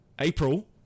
april